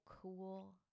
cool